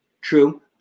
true